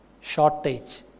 shortage